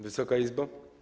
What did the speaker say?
Wysoka Izbo!